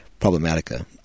Problematica